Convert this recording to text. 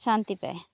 ଶାନ୍ତି ପାଏ